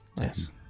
yes